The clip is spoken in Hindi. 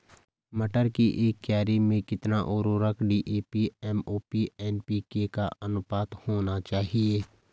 मटर की एक क्यारी में कितना उर्वरक डी.ए.पी एम.ओ.पी एन.पी.के का अनुपात होना चाहिए?